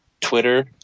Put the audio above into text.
Twitter